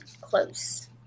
close